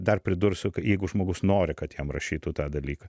dar pridursiu jeigu žmogus nori kad jam rašytų tą dalyką